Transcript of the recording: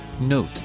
Note